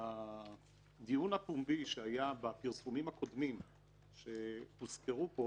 הדיון הפומבי שהיה בפרסומים הקודמים שהוזכרו פה